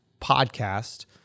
podcast